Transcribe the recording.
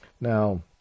Now